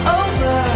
over